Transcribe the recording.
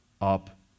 up